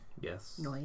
Yes